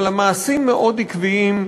אבל המעשים מאוד עקביים,